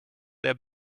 der